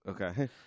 Okay